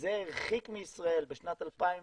זה הרחיק מישראל בשנת 2013